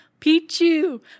Pichu